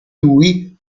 lui